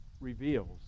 Reveals